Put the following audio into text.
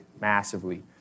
massively